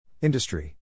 Industry